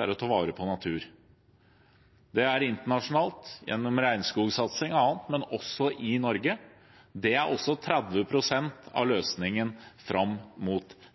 å ta vare på natur. Det gjelder internasjonalt gjennom regnskogsatsing og annet, men også i Norge. Det er 30 pst. av løsningen fram mot